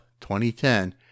2010